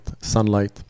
sunlight